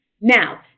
Now